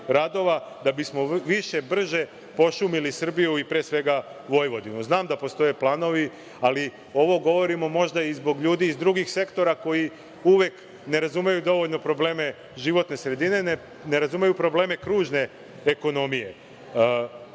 da bismo više, brže pošumili Srbiju, i pre svega, Vojvodinu. Znam da postoje planovi, ali ovo govorimo možda zbog ljudi iz drugih sektora koji uvek ne razumeju dovoljno probleme životne sredine, ne razumeju probleme kružne ekonomije.